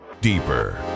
Deeper